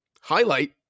highlight